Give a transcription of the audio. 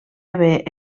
haver